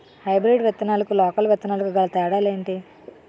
Hybrid విత్తనాలకు local విత్తనాలకు గల తేడాలు ఏంటి?